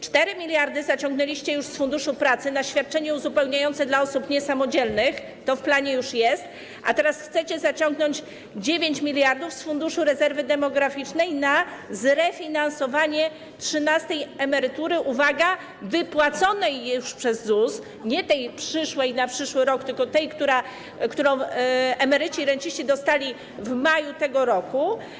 4 mld zaciągnęliście już z Funduszu Pracy na świadczenie uzupełniające dla osób niesamodzielnych, to w planie już jest, a teraz chcecie zaciągnąć 9 mld z Funduszu Rezerwy Demograficznej na zrefinansowanie trzynastej emerytury, uwaga, wypłaconej już przez ZUS - nie tej przyszłej, na przyszły rok, tylko tej, którą emeryci i renciści dostali w maju tego roku.